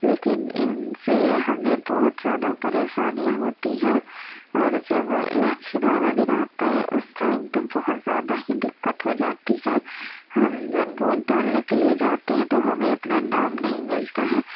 لیکن ان سے ہمیں بہت زیادہ پریشانیاں ہوتی ہیں اور جب الیکشن والا دن آتا ہے اس ٹائم تو بہت زیادہ ہی دقت ہو جاتی ہے ہم جب ووٹ ڈالنے کے لیے جاتے ہیں تو ہمیں اپنا نام نہیں ملتا ہے